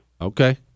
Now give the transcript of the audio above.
Okay